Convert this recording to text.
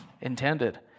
intended